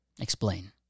Explain